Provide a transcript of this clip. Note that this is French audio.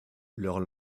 leur